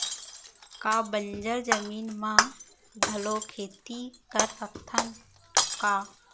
का बंजर जमीन म घलो खेती कर सकथन का?